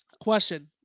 question